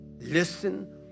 Listen